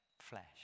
flesh